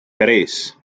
tres